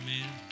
Amen